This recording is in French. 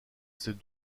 ces